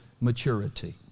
maturity